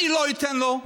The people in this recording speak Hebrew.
אני לא אתן לו.